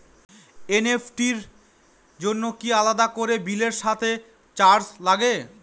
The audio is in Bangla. এন.ই.এফ.টি র জন্য কি আলাদা করে বিলের সাথে চার্জ লাগে?